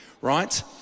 Right